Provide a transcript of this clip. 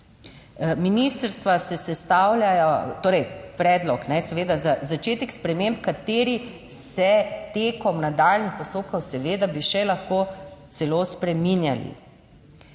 Ministrstva se sestavljajo, torej predlog seveda za začetek sprememb, kateri se tekom nadaljnjih postopkov seveda bi še lahko celo spreminjali.